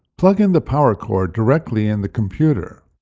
plug in the power cord directly in the computer.